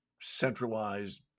centralized